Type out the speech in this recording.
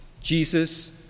Jesus